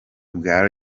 bwa